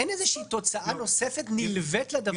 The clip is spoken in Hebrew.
אין איזו תוצאה נוספת נלווית לדבר הזה.